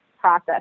process